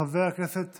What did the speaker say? חבר הכנסת